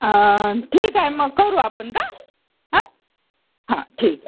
न् ठीक आहे मग करू आपण का हां हां ठीक आहे